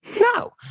No